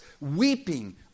weeping